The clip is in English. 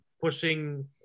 pushing